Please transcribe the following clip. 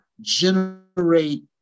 generate